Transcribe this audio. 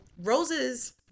roses